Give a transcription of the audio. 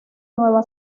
nueva